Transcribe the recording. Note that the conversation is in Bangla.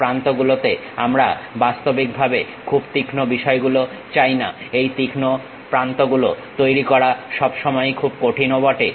প্রান্ত গুলোতে আমরা বাস্তবিক ভাবে খুব তীক্ষ্ণ বিষয়গুলো চাইনা এই তীক্ষ্ণ প্রান্তগুলো তৈরি করা সবসময়ই খুব কঠিন ও বটে